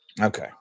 Okay